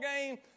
game